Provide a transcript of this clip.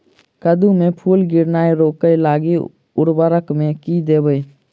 कद्दू मे फूल गिरनाय रोकय लागि उर्वरक मे की देबै?